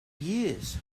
years